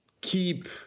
keep